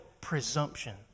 presumption